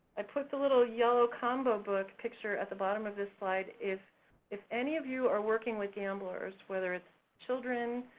i put the little yellow combo book picture at the bottom of this slide. if any of you are working with gamblers, whether it's children,